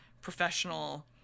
professional